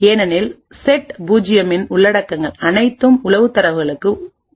ஏனெனில் செட் 0 இன் உள்ளடக்கங்கள் அனைத்து உளவு தரவுகளுக்கும் ஒத்திருக்கும்